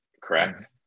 correct